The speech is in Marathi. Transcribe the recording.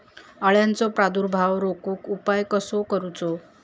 अळ्यांचो प्रादुर्भाव रोखुक उपाय कसो करूचो?